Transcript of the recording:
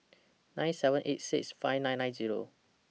nine seven eight six five nine nine Zero